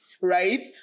right